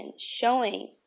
showing